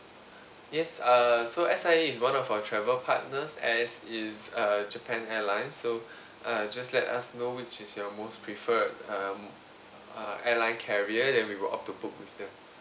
yes err so S_I_A is one of our travel partners as is uh japan airlines so uh just let us know which is your most preferred um uh airline carrier then we will opt to book with them